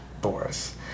Boris